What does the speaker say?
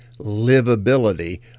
livability